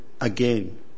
again